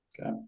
Okay